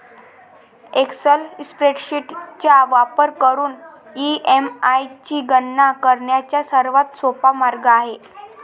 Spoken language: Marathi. एक्सेल स्प्रेडशीट चा वापर करून ई.एम.आय ची गणना करण्याचा सर्वात सोपा मार्ग आहे